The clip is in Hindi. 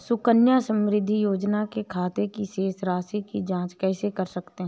सुकन्या समृद्धि योजना के खाते की शेष राशि की जाँच कैसे कर सकते हैं?